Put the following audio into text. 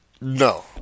No